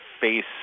face